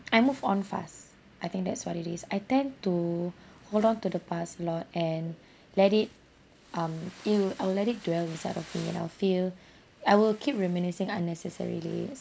I moved on fast I think that's what it is I tend to hold on to the past a lot and let it um it'll I will let it dwell inside of me and I'll feel I will keep reminiscing unnecessarily